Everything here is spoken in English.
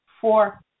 four